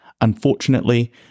Unfortunately